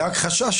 הייתה הכחשה.